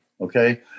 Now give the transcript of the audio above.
okay